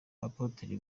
apotre